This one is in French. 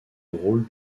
rôle